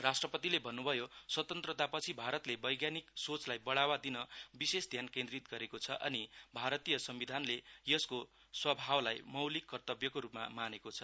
राष्ट्रपतिले भन्नुभयो स्वतन्त्रता पछि भारतले वैज्ञानिक सोचलाई बढ़ावा दिन विशेष ध्यान केन्दिरत गरेको छ अनि भारतीय संविधानले यसको स्वभावलाई मौलिक कर्तव्यको रुपमा मानेको छ